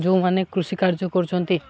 ଯେଉଁମାନେ କୃଷି କାର୍ଯ୍ୟ କରୁଛନ୍ତି